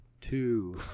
two